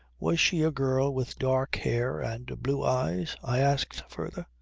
was she a girl with dark hair and blue eyes? i asked further.